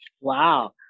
Wow